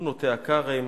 הוא נוטע כרם,